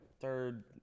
third